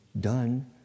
done